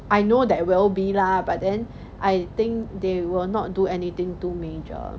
I know that will be lah but then I think they will not do anything too major